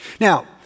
Now